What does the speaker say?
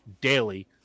daily